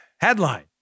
Headline